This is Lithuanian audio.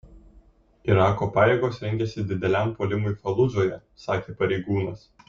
irako pajėgos rengiasi dideliam puolimui faludžoje sakė pareigūnas